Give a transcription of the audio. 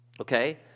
Okay